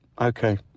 okay